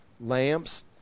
lamps